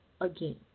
again